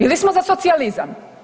Ili smo za socijalizam.